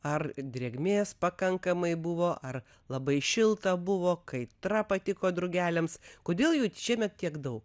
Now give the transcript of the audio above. ar drėgmės pakankamai buvo ar labai šilta buvo kaitra patiko drugeliams kodėl jų šiemet tiek daug